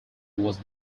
was